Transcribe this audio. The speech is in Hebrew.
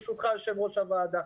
ברשותך יושב ראש הוועדה.